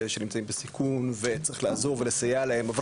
שנמצאים בסיכון וצריך לעזור ולסייע להם,